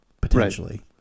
potentially